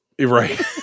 Right